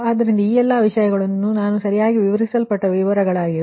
ಆದ್ದರಿಂದ ಈ ಎಲ್ಲಾ ವಿಷಯಗಳು ನಾನು ಸರಿಯಾಗಿ ವಿವರಿಸಲ್ಪಟ್ಟ ವಿವರಗಳಾಗಿವೆ